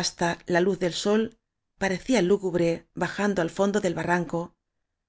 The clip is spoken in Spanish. hasta la luz del sol parecía lúgubre bajando al fondo del barranco